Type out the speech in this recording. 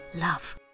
love